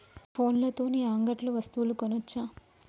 ఫోన్ల తోని అంగట్లో వస్తువులు కొనచ్చా?